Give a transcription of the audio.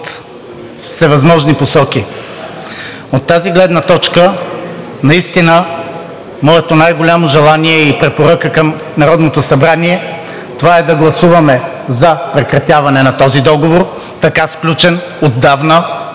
всевъзможни посоки. От тази гледна точка наистина моето най-голямо желание и препоръка към Народното събрание това е да гласуваме за прекратяване на този договор, така сключен, отдавна,